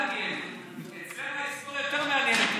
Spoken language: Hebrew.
אצלנו ההיסטוריה יותר מעניינת.